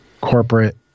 Corporate